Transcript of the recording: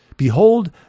Behold